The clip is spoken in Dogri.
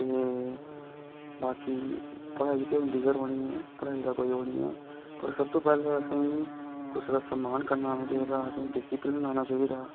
ते बाकी पढ़ाई ते होंदी गै रौह्नी ऐ पढ़ाई दा कोई एह् निं ऐ पर सबतूं पैह्लें असें गी कुसै दा सम्मान करना चाहिदा डिस्पलिन औना चाहिदा